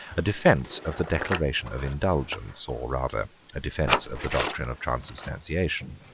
a defence of the declaration of indulgence, or rather a defence of the doctrine of transubstantiation.